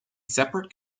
separate